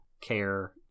care